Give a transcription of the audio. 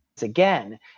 again